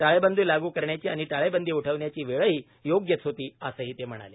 टाळेबंदी लागू करण्याची आणि टाळेबंदी उठवण्याची वेळही योग्यच होती असंही ते म्हणाले